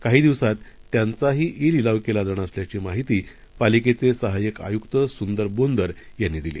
काही दिवसात त्यांचाही ई लिलाव केला जाणार असल्याची माहिती पालिकेचे सहाय्यक आयुक्त सुंदर बोंदर यांनी दिली